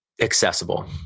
accessible